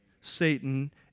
Satan